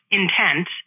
intent